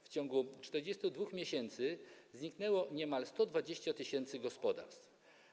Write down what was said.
W ciągu 42 miesięcy zniknęło niemal 120 tys. gospodarstw.